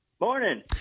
Morning